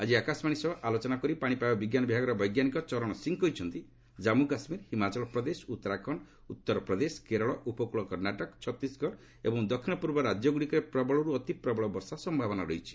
ଆଜି ଆକାଶବାଣୀ ସହ ଆଲୋଚନା କରି ପାଣିପାଗ ବିଜ୍ଞାନ ବିଭାଗର ବୈଜ୍ଞାନିକ ଚରଣ ସିଂ କହିଛନ୍ତି କମ୍ମୁ କାଶ୍ମୀର ହିମାଚଳ ପ୍ରଦେଶ ଉତ୍ତରାଖଣ୍ଡ ଉତ୍ତର ପ୍ରଦେଶ କେରଳ ଉପକୂଳ କର୍ଷ୍ଣାଟକ ଛତିଶଗଡ଼ ଏବଂ ଦକ୍ଷିଣ ପୂର୍ବ ରାଜ୍ୟଗୁଡ଼ିକରେ ପ୍ରବଳରୁ ଅତି ପ୍ରବଳ ବର୍ଷା ସମ୍ଭାବନା ରହିଛି